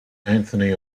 anthony